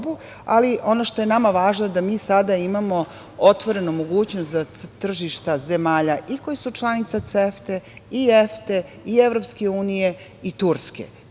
ali ono što je nama važno da mi sada imamo otvorenu mogućnost za tržišta zemalja i koje su članice CEFTA-e i EFTA-e i Evropske unije i Turske. To